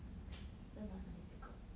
真的很 difficult